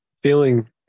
Feeling